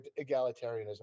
egalitarianism